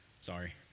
sorry